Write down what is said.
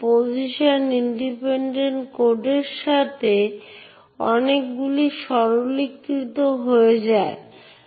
সুতরাং Unix operating সিস্টেমে আপনার বিষয় এবং অবজেক্ট রয়েছে বিষয়গুলিকে ব্যবহারকারী এবং গোষ্ঠী হিসাবে সংজ্ঞায়িত করা হয়